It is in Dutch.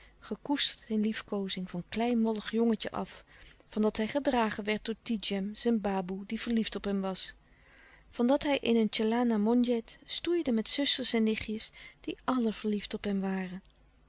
gekoesterd in liefkoozing van klein mollig jongentje af van dat hij gedragen werd door tidjem zijn baboe die verliefd op hem was van dat hij in een tjelana monjet stoeide met zusters en nichtjes die allen verliefd op hem waren